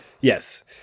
Yes